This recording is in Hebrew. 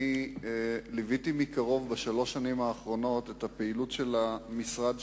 אני ליוויתי מקרוב בשלוש השנים האחרונות את הפעילות של המשרד שלך,